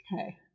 Okay